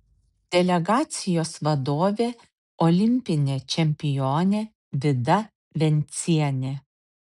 delegacijos vadovė olimpinė čempionė vida vencienė